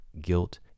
guilt